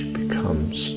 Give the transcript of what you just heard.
becomes